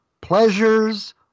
pleasures